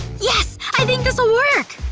yes! i think this will work!